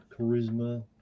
charisma